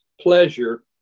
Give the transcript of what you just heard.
pleasure